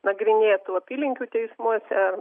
nagrinėtų apylinkių teismuose